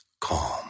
calm